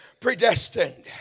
predestined